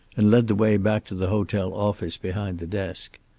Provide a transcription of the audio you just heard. and led the way back to the hotel office behind the desk.